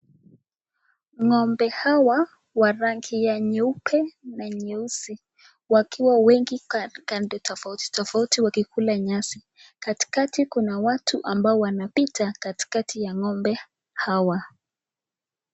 Ng'ombe hawa wa rangi ya nyeupe na nyeusi wakiwa wengi kando tofauti tofauti wakikula nyasi. Katikati kuna watu ambao wanapita katikati ya ng'ombe hawa.